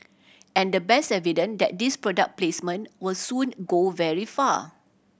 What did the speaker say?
and the best evident that this product placement were soon go very far